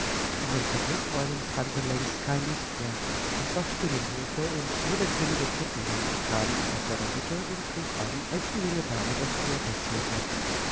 in den fabrikräumen brannte längst kein licht mehr es war still im hofe und nur der grimme kettenhund kam aus seiner hütte und schlug an als die junge dame das thor passierte